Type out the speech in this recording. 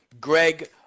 Greg